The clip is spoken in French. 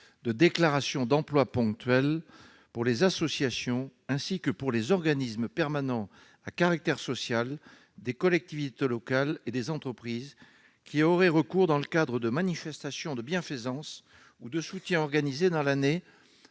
de déclaration d'emplois ponctuels pour les associations, ainsi que pour les organismes permanents à caractère social des collectivités locales et des entreprises qui auraient recours à de tels emplois dans le cadre de manifestations de bienfaisance ou de soutien organisées, dans l'année,